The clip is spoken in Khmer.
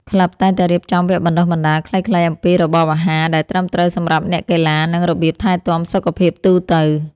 ក្លឹបតែងតែរៀបចំវគ្គបណ្ដុះបណ្ដាលខ្លីៗអំពីរបបអាហារដែលត្រឹមត្រូវសម្រាប់អ្នកកីឡា និងរបៀបថែទាំសុខភាពទូទៅ។